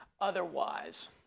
otherwise